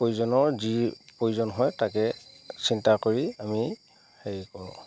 প্ৰয়োনৰ যি প্ৰয়োজন হয় তাকে চিন্তা কৰি আমি হেৰি কৰোঁ